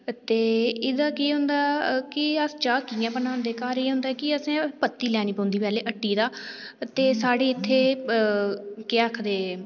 ते एह्दा केह् होंदा कि अस चाह् कि'यां बनांदे घर एह् होंदा कि असें पत्ती लैना पौंदी असें हट्टी दा ते साढ़ी इत्थै केह् आखदे